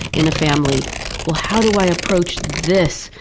in a family well, how do i approach this,